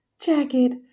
jacket